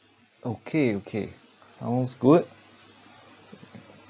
okay okay sounds good